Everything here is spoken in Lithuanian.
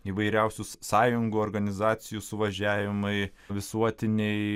įvairiausių sąjungų organizacijų suvažiavimai visuotiniai